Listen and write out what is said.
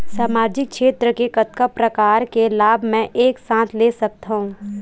सामाजिक क्षेत्र के कतका प्रकार के लाभ मै एक साथ ले सकथव?